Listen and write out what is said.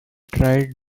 tried